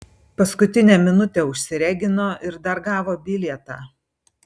paskutinę minutę užsiregino ir dar gavo bilietą